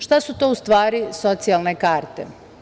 Šta su to u stvari socijalne karte?